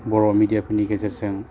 बर' मेदियाफोरनि गेजेरजों